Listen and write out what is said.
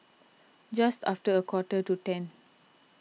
just after a quarter to ten